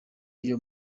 iyo